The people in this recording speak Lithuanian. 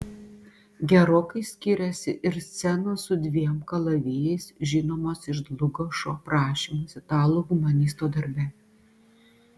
gerokai skiriasi ir scenos su dviem kalavijais žinomos iš dlugošo aprašymas italų humanisto darbe